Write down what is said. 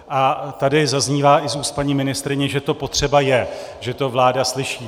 A tady zaznívá i z úst paní ministryně, že to potřeba je, že to vláda slyší.